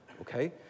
okay